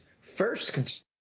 first